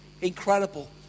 incredible